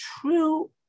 true